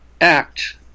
act